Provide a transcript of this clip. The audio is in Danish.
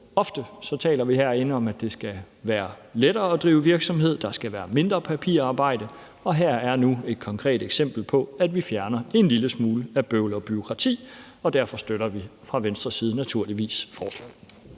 Ofte taler vi herinde om, at det skal være lettere at drive virksomhed, at der skal være mindre papirarbejde. Her er nu et konkret eksempel på, at vi fjerner en lille smule af bøvlet og bureaukratiet, og derfor støtter vi fra Venstres side naturligvis forslaget.